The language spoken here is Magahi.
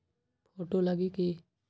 फोटो लगी कि?